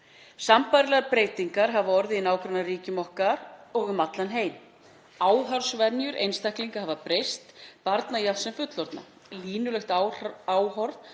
Sambærilegar breytingar hafa orðið í nágrannaríkjum okkar og um allan heim. Áhorfsvenjur einstaklinga hafa breyst, barna jafnt sem fullorðinna. Línulegt áhorf